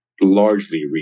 largely